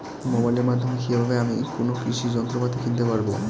মোবাইলের মাধ্যমে কীভাবে আমি কোনো কৃষি যন্ত্রপাতি কিনতে পারবো?